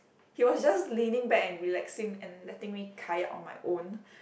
he was just leaning back and relaxing and letting me kayak on my own